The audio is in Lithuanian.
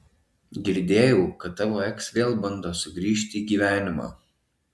girdėjau kad tavo eks vėl bando sugrįžt į gyvenimą